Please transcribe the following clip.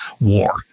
war